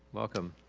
welcome.